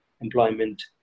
employment